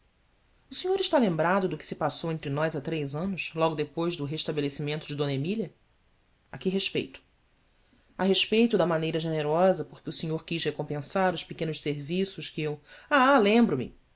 o senhor está lembrado do que se passou entre nós há três anos logo depois do restabelecimento de mília que respeito respeito da maneira generosa por que o senhor quis recompensar os pequenos serviços que eu h lembro-me